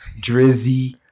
Drizzy